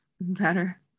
better